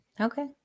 Okay